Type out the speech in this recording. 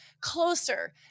closer